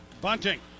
Bunting